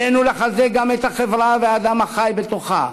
עלינו לחזק גם את החברה והאדם החי בתוכה.